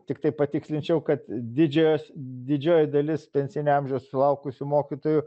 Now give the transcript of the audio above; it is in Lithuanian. tiktai patikslinčiau kad didžios didžioji dalis pensinio amžiaus sulaukusių mokytojų